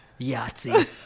Yahtzee